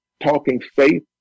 TalkingFaith